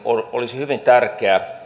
olisi hyvin tärkeää